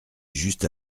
juste